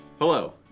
Hello